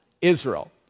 Israel